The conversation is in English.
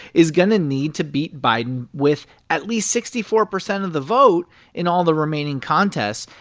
is going to need to beat biden with at least sixty four percent of the vote in all the remaining contests.